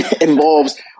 involves